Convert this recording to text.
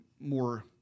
more